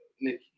Nikki